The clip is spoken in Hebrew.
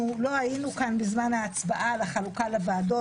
לא היינו כאן בזמן ההצבעה על החלוקה לוועדות,